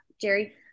Jerry